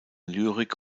lyrik